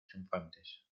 triunfantes